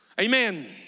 Amen